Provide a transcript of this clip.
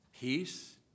peace